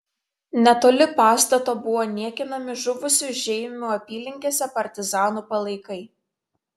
netoli pastato buvo niekinami žuvusių žeimių apylinkėse partizanų palaikai